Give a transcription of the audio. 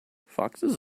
foxes